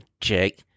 Jake